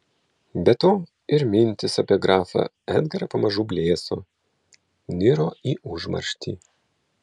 be to ir mintys apie grafą edgarą pamažu blėso niro į užmarštį